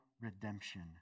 redemption